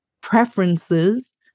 preferences